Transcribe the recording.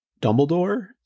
Dumbledore